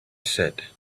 said